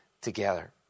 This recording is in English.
together